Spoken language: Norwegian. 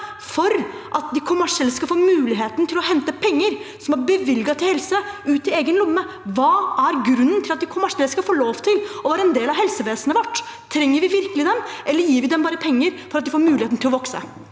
for at de kommersielle skal få muligheten til å hente penger som er bevilget til helse, til egen lomme. Hva er grunnen til at de kommersielle skal få lov til å være en del av helsevesenet vårt? Trenger vi dem virkelig, eller gir vi dem bare penger for at de skal få muligheten til å vokse?